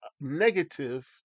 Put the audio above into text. negative